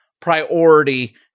priority